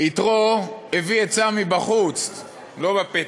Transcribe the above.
יתרו הביא עצה מבחוץ, לא בפתק.